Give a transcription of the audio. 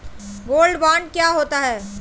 Gold bond क्या होता है?